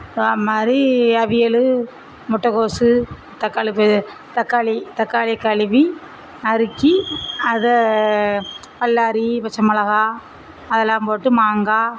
மாதிரி அவியல் முட்டக்கோஸு தக்காளிப்பு தக்காளி தக்காளி கழுவி நறுக்கி அதை பல்லாரி பச்சை மொளகாய் அதல்லாம் போட்டு மாங்காய்